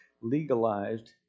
legalized